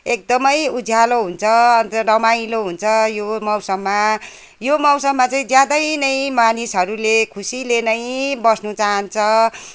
एकदमै उज्यालो हुन्छ अन्त रमाइलो हुन्छ यो मौसममा यो मौसममा चाहिँ ज्यादै नै मानिसहरूले खुसीले नै बस्नु चाहन्छ